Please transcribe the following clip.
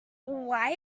why